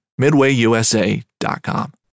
MidwayUSA.com